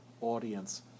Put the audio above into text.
audience